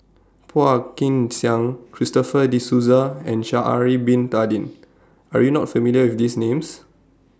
Phua Kin Siang Christopher De Souza and Sha'Ari Bin Tadin Are YOU not familiar with These Names